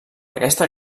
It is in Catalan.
aquesta